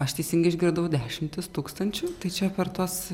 aš teisingai išgirdau dešimtis tūkstančių tai čia per tuos